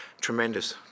tremendous